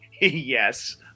Yes